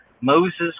Moses